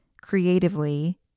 creatively